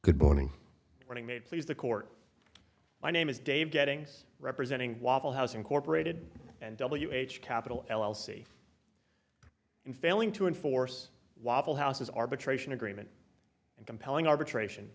good boarding running mate please the court my name is dave getting representing waffle house incorporated and w h capital l l c in failing to enforce waffle houses arbitration agreement and compelling arbitration